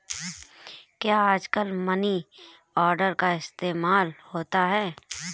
क्या आजकल money order का इस्तेमाल होता है?